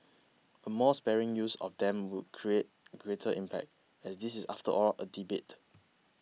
a more sparing use of them would create greater impact as this is after all a debate